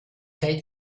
fällt